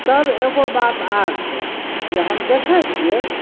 तब एगो बात आओर छै जे हम देखैत छियै